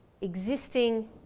existing